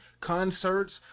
concerts